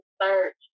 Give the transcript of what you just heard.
search